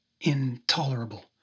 intolerable